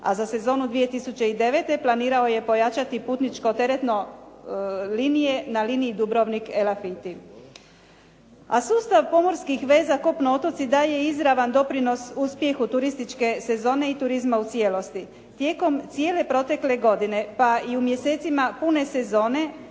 A za sezonu 2009. planirao je pojačati putničke teretne linije na liniji Dubrovnik – Elafiti. A sustav pomorskih veza kopno otoci daje izravan doprinos uspjehu turističke sezone i turizma u cijelosti. Tijekom cijele protekle godine, pa i u mjesecima pune sezone